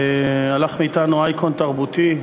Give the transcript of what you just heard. הלך מאתנו אייקון תרבותי,